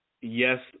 Yes